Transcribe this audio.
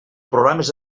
programes